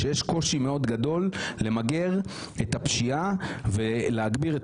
כשיש קושי מאוד גדול למגר את הפשיעה ולהגביר את